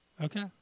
Okay